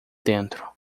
dentro